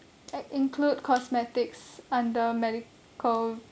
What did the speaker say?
act include cosmetics under medical